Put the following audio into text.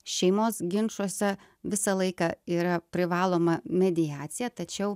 šeimos ginčuose visą laiką yra privaloma mediacija tačiau